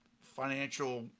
financial